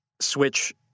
switch